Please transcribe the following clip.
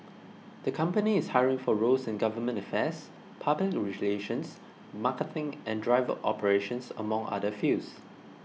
the company is hiring for roles in government affairs public relations marketing and driver operations among other fields